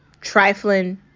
trifling